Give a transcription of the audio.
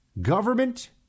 Government